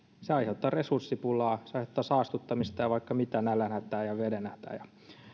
se aiheuttaa resurssipulaa se aiheuttaa saastuttamista ja vaikka mitä nälänhätää ja vedenhätää ja